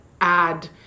add